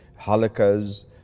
halakas